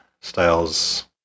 Styles